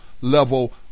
level